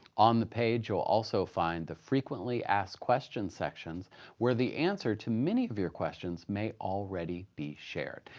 on the page, you'll also find the frequently asked questions sections where the answer to many of your questions may already be shared.